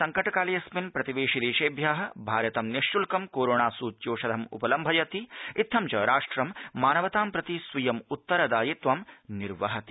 अमुनोक्तं यत् संकट काले अस्मिन् प्रतिवेशि देशेभ्य भारतं निःशुल्कं कोरोणा सुच्यौषधम् उपलम्भयति इत्थं च राष्ट्रं मानवतां प्रति स्वीयम् उत्तरदायित्वं निर्वहति